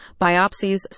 biopsies